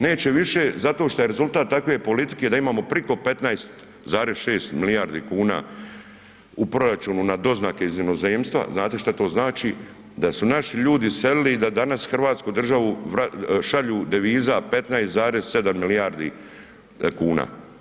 Neće više zato što je rezultat takve politike da imamo priko 15,6 milijardi kuna u proračunu na doznake iz inozemstva, znate šta to znači, da su naši ljudi iselili i da danas u Hrvatsku državu šalju deviza 15,7 milijardi kuna.